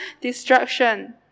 destruction